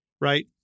right